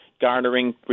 garnering